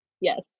Yes